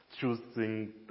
Choosing